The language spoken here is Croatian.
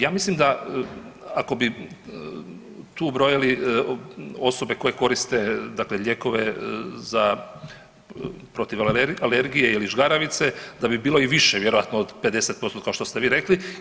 Ja mislim da ako bi tu brojili osobe koje koriste, dakle lijekove protiv alergije ili žgaravice da bi bilo i više vjerojatno od 50% kao što ste vi rekli.